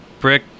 brick